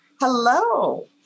Hello